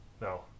No